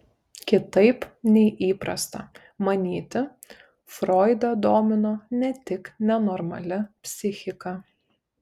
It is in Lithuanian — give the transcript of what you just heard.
kitaip nei įprasta manyti froidą domino ne tik nenormali psichika